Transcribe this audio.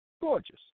Gorgeous